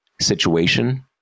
situation